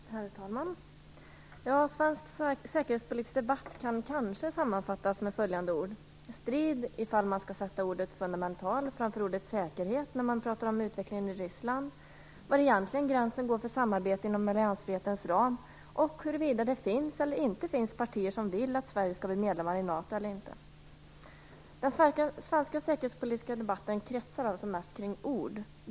Herr talman! Svensk säkerhetspolitisk debatt kan kanske sammanfattas med följande ord: Strid om man skall sätta ordet "fundamental" framför ordet "säkerhet" när man pratar om utvecklingen i Ryssland, om var egentligen gränsen går för samarbete inom alliansfrihetens ram och om huruvida det finns eller inte finns partier som vill att Sverige skall bli medlem i NATO. Den svenska säkerhetspolitiska debatten kretsar alltså mest kring ord.